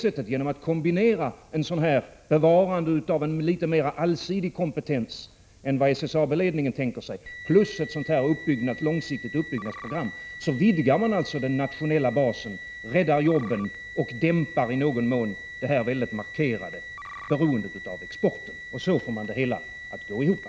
Genom att kombinera ett bevarande av en litet mer allsidig kompetens än SSAB-ledningen tänker sig med ett långsiktigt uppbyggnadsprogram vidgar man alltså den nationella basen, räddar jobben och dämpar i någon mån det mycket markerade behovet av export. Så får man det hela att gå ihop.